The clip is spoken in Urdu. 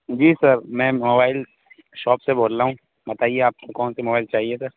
جی سر میں موائل شاپ سے بول رہا ہوں بتائیے آپ کو کون سا موبائل چاہیے سر